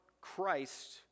Christ